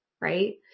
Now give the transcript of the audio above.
Right